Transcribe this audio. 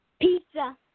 Pizza